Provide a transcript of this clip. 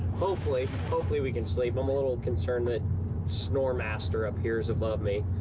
hopefully. hopefully, we can sleep. i'm a little concerned that snore master up here is above me.